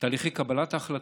תהליכי קבלת ההחלטות,